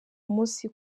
umunsi